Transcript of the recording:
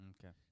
Okay